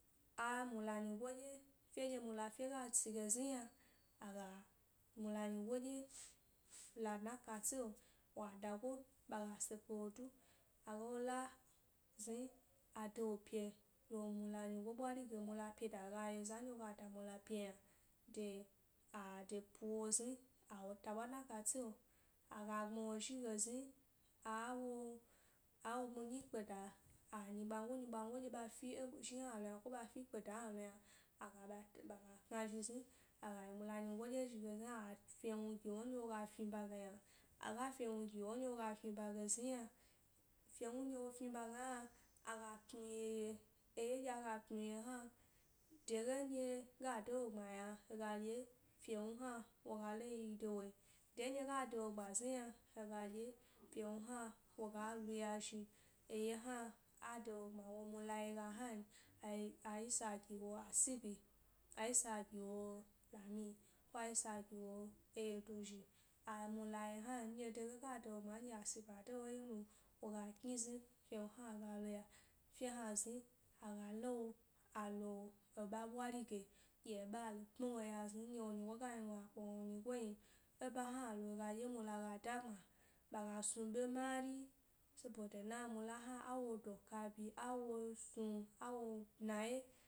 A mula nyigo dye, fye ɗye mula fye ga tsi ge zni yna aga mula nyi go dye la dna e kate'o wa dago ɓaga se kpe wo du aga wo la zni adawo pye lo mula nyigo ɓwari ge mula pyeda ga yiza nɗye woga damula pye yna de, ade puwa zni awota ɓwa dna e kate'o aga gbmiwo zhige zni awo-awo gbmi gni kpeda anyigbango nyigba ngo nɗye ɓa fi e zhi ynalo yna koɓa fi e kpeda hna lo yna aga ɓa ɓaga knazhi zni aga yi mula nyigo ɗye zhige zni aga fyewnu giwo nɗye woga fini ba ge yna, aga fyewnu giwo nɗye woga fniba ge zni yna fyewnu nɗye wo fniba ge hna, aga tnu 'ye'ye eye nɗye aga tnuye hna dege nɗye ga dawo gbma n yna hega ɗye fye wunu hna woga lo yi de woe den ɗye ga dawo gbma zni yna hega ɗye fyewnu hna woga luya zhi, eye hna a dawo gbma wo mula ye ga hnan ayi aisa a giwo asibi, a isa a giwo lami ko isa a giwo eye do zhi a mula ye hnan nɗye dege ga dawo gbma ndye dege ga dawo gbma ndye asibi a dawo yenu woga kni zni fyewnu hna ga heya fye hna zni aga lawo alo eɓa ɓwari ge ɗye eba lo pmiwo ya zni nɗye wo nyi go ga yi nu wo gna oh-wo nyi go yin, e bayna lo adye mula ga dagbma ɓaga snuɓe mari saboda na mula hna awo doka bi awosnu awo ɗnaye.